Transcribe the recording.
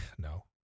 No